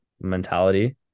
mentality